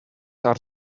are